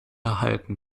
erhalten